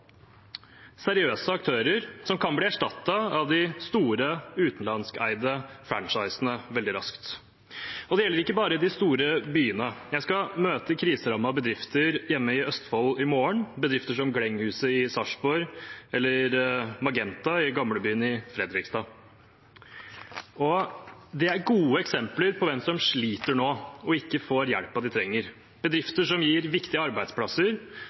seriøse aktører som kan bli erstattet av de store utenlandskeide franchisene veldig raskt. Det gjelder ikke bare de store byene. Jeg skal møte kriserammede bedrifter hjemme i Østfold i morgen, bedrifter som Glenghuset i Sarpsborg og Magenta i Gamlebyen i Fredrikstad. Dette er gode eksempler på hvem som sliter nå, og ikke får den hjelpen de trenger – bedrifter som gir viktige arbeidsplasser,